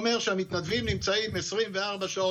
מכובדי היושב-ראש,